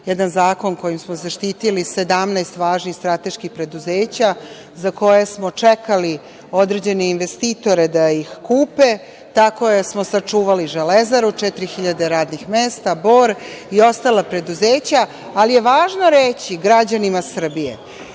jedan zakon kojim smo zaštitili 17 važnih strateških preduzeća za koje smo čekali određene investitore da ih kupe. Tako smo sačuvali „Železaru“, 4.000 radnih mesta, Bor i ostala preduzeća. Važno je reći građanima Srbije